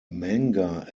manga